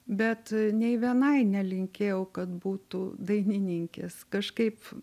bet nei vienai nelinkėjau kad būtų dainininkės kažkaip